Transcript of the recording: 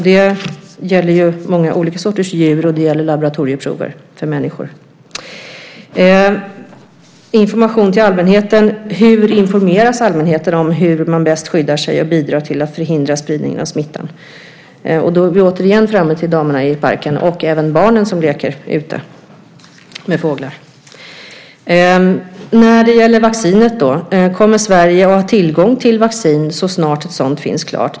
Det gäller ju många olika sorters djur, och det gäller laboratorieprover för människor. Information till allmänheten: Hur informeras allmänheten om hur man bäst skyddar sig och bidrar till att förhindra spridningen av smittan? Då är vi återigen framme vid damerna i parken, och även barnen som leker med fåglar ute. När det gäller vaccinet då? Kommer Sverige att ha tillgång till vaccin så snart som det finns klart?